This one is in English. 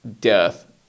death